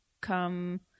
come